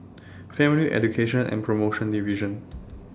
Family Education and promotion Division